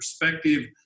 perspective